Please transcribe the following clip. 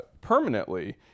permanently